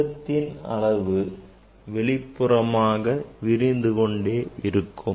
பிம்பத்தின் அளவு வெளிப்புறமாக விரிந்து கொண்டே இருக்கும்